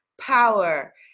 power